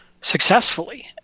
successfully